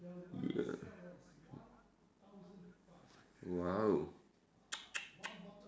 !wow!